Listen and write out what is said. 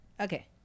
Okay